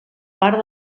part